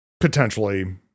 potentially